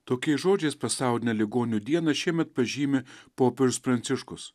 tokiais žodžiais pasaulinę ligonių dieną šiemet pažymi popiež pranciškus